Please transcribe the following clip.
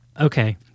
Okay